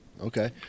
Okay